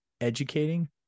educating